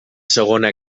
segona